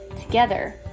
Together